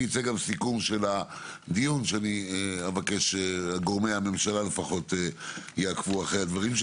ויצא סיכום של הדיון ואבקש מגורמי הממשלה שיעקבו אחרי הדברים.